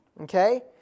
Okay